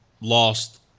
lost